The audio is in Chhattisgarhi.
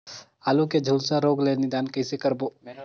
आलू के झुलसा रोग ले निदान कइसे करबो?